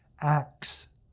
acts